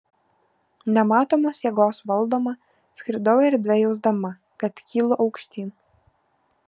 nematomos jėgos valdoma skridau erdve jausdama kad kylu aukštyn